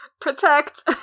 protect